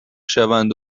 شوند